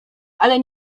ale